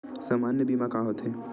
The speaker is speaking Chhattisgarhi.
सामान्य बीमा का होथे?